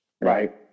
right